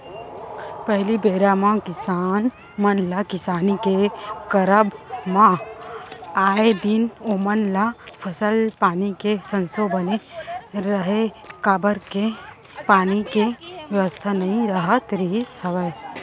पहिली बेरा म किसान मन ल किसानी के करब म आए दिन ओमन ल फसल पानी के संसो बने रहय काबर के पानी के बेवस्था नइ राहत रिहिस हवय